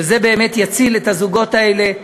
שזה באמת יציל את הזוגות האלה.